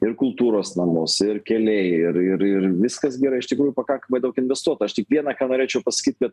ir kultūros namus ir keliai ir ir ir viskas gi yra iš tikrųjų pakankamai daug investuota aš tik viena ką norėčiau pasakyt kad